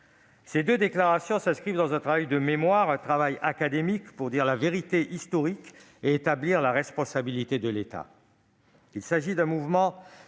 Ces deux déclarations s'inscrivent dans un travail de mémoire, un travail académique pour dire la vérité historique et établir la responsabilité de l'État. Il s'agit d'un mouvement